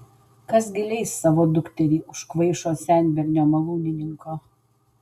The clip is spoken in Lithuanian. kas gi leis savo dukterį už kvaišo senbernio malūnininko